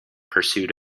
pursued